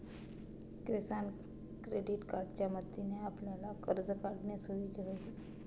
किसान credit कार्डच्या मदतीने आपल्याला कर्ज काढणे सोयीचे होईल